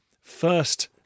first